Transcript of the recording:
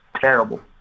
terrible